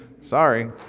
Sorry